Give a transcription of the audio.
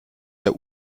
der